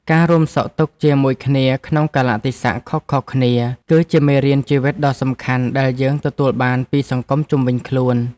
ការរួមសុខរួមទុក្ខជាមួយគ្នាក្នុងកាលៈទេសៈខុសៗគ្នា គឺជាមេរៀនជីវិតដ៏សំខាន់ដែលយើងទទួលបានពីសង្គមជុំវិញខ្លួន។